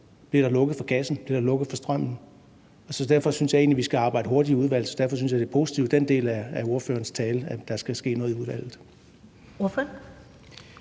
Bliver der lukket for gassen? Bliver der lukket for strømmen? Derfor synes jeg egentlig, at vi skal arbejde hurtigt i udvalget, og derfor synes jeg, den del af ordførerens tale er positiv, nemlig at der skal ske noget i udvalget.